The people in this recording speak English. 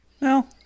No